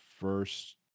first